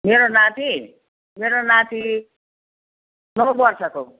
मेरो नाति मेरो नाति नौ वर्षको